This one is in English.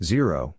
Zero